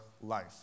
life